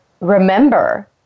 remember